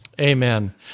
Amen